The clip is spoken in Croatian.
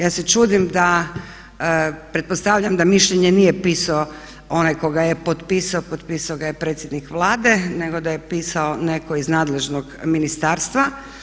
Ja se čudim da pretpostavljam da mišljenje nije pisao onaj ko ga je potpisao, potpisao ga je predsjednik Vlade, nego da ga je pisao netko iz nadležnog ministarstva.